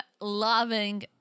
loving